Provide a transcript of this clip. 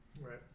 right